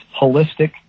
holistic